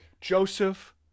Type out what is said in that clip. joseph